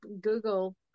Google